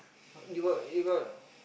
you got you got